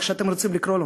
איך שאתם רוצים לקרוא לזה,